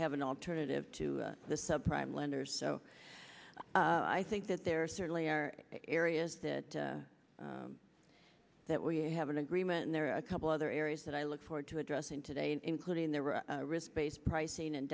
have an alternative to the subprime lenders so i think that there certainly are areas that that we have an agreement and there are a couple other areas that i look forward to addressing today including there were risk based pricing and